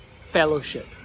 fellowship